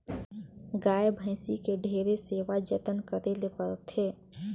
गाय, भइसी के ढेरे सेवा जतन करे ले परथे